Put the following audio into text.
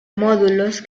módulos